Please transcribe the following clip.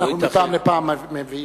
אנו מפעם לפעם מביאים,